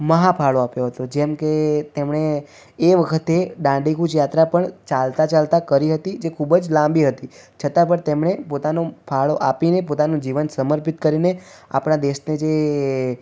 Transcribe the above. મહા ફાળો આપ્યો હતો જેમકે તેમણે એ વખતે દાંડી કૂચ યાત્રા પણ ચાલતા ચાલતા કરી હતી જે ખૂબ જ લાંબી હતી છતાં પણ તેમણે પોતાનો ફાળો આપીને પોતાનું જીવન સમર્પિત કરીને આપણા દેશને જે